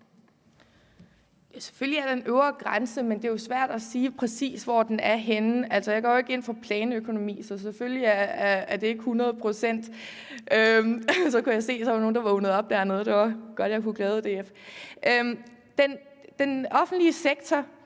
selvfølgelig er der en øvre grænse, men det er jo svært at sige, præcis hvor den er. Altså, jeg går jo ikke ind for planøkonomi, så selvfølgelig kan jeg ikke sige præcis hvor. Jeg kan se, at der så var nogle, der vågnede op dernede – det var godt, at jeg kunne glæde DF. Den offentlige sektor